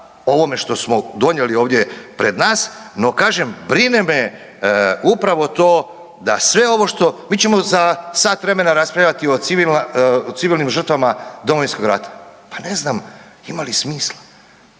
ovome što smo donijeli ovdje pred nas, no kažem brine me upravo to da sve ovo što, mi ćemo za sat vremena raspravljati o civilnim žrtvama Domovinskog rata. Pa ne znam ima li smisla